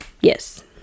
yes